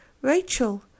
Rachel